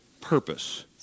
purpose